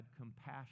compassion